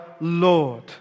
Lord